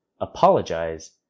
Apologize